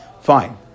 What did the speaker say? fine